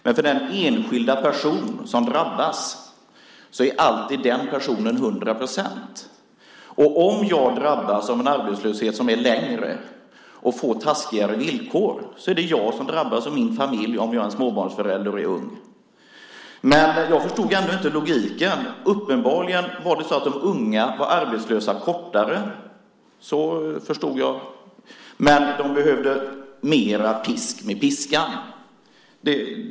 Men den enskilda person som drabbas kommer alltid att drabbas till hundra procent. Om jag drabbas av en arbetslöshet som är längre och får taskigare villkor är det jag och min familj som drabbas om jag är en småbarnsförälder och är ung. Jag förstod ändå inte logiken. Uppenbarligen var det så att de unga var arbetslösa kortare tid. Så förstod jag det. Men de behövde mer pisk med piskan.